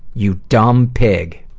you dumb pig.